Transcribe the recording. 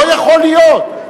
לא יכול להיות,